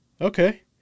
Okay